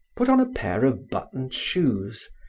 put on a pair of buttoned shoes,